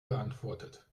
beantwortet